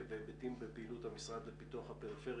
והיבטים בפעילות המשרד לפיתוח הפריפריה,